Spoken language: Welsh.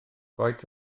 faint